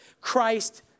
Christ